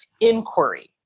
inquiry